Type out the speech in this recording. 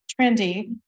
trendy